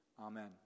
Amen